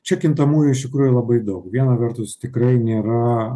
čia kintamųjų iš tikrųjų labai daug viena vertus tikrai nėra